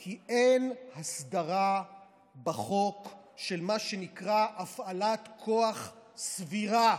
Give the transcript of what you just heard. כי אין הסדרה בחוק של מה שנקרא "הפעלת כוח סבירה",